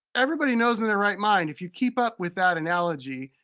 everybody knows in their right mind, if you keep up with that analogy,